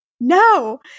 no